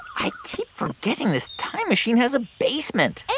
i keep forgetting this time machine has a basement